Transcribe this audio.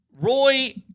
Roy